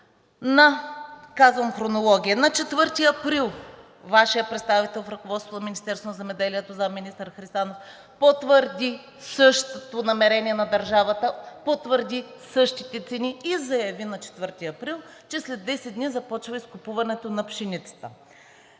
Казвам хронология. На 4 април Вашият представител в ръководството на Министерството на земеделието – заместник-министър Христанов, потвърди същото намерение на държавата, потвърди същите цени и заяви на 4 април, че след 10 дни започва изкупуването на пшеницата.